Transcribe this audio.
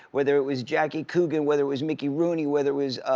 whether it was jacky coogan, whether it was mickey rooney, whether it was